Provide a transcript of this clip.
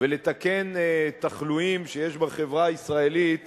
ולתקן תחלואים שיש בחברה הישראלית